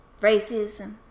racism